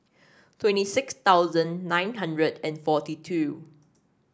twenty six thousand nine hundred and forty two